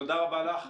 תודה רבה לך.